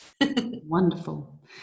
Wonderful